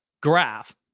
graph